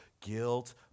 Guilt